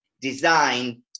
design